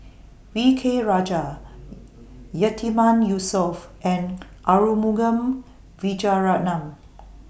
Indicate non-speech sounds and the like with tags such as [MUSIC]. V K Rajah [HESITATION] Yatiman Yusof and Arumugam Vijiaratnam